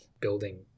building